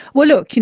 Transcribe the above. well, look,